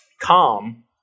calm